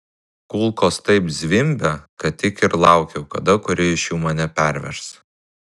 kulkos taip zvimbė kad tik ir laukiau kada kuri iš jų mane pervers